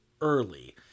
early